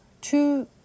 two